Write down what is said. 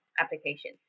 application